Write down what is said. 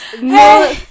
no